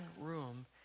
room